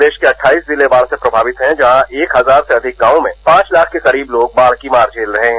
प्रदेश के अव्गइस जिले बाढ़ से प्रमावित है जहां एक हजार से अधिक गांवों में पाँच लाख के करीब लोग बाढ़ की मार झेल रहे हैं